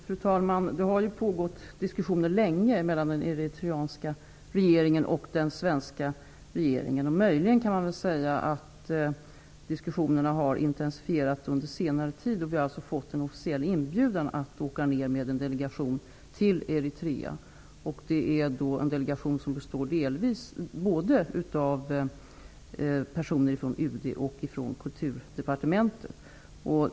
Fru talman! Diskussioner har pågått sedan länge mellan den eritreanska och den svenska regeringen, och diskussionerna har möjligen intensifierats under senare tid. Vi har också fått en officiell inbjudan att åka till Eritrea med en delegation. Denna består av personer både från UD och från Kulturdepartementet.